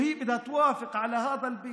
היא מתכוונת להכניס את המילה "טפטפת".